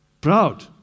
Proud